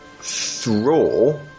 Thrall